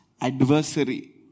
adversary